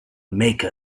make